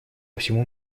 всему